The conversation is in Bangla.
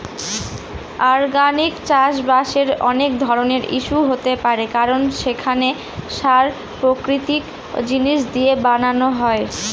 অর্গানিক চাষবাসের অনেক ধরনের ইস্যু হতে পারে কারণ সেখানে সার প্রাকৃতিক জিনিস দিয়ে বানানো হয়